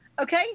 okay